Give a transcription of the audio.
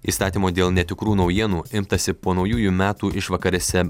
įstatymo dėl netikrų naujienų imtasi po naujųjų metų išvakarėse